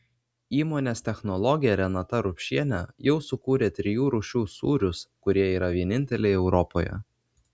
įmonės technologė renata rupšienė jau sukūrė trijų rūšių sūrius kurie yra vieninteliai europoje